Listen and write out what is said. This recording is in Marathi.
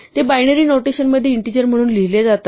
ते बायनरी नोटेशनमध्ये इंटीजर म्हणून लिहिले जातात